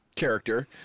character